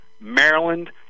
Maryland